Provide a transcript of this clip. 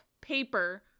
Paper